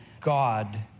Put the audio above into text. God